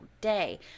day